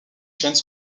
chênes